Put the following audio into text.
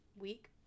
week